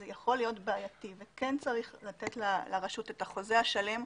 זה יכול להיות בעייתי וכן צריך לתת לרשות את החוזה השלם.